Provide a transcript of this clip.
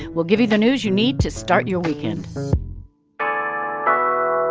we'll give you the news you need to start your weekend ah